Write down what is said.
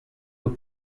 were